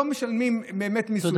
ולא משלמים באמת מס.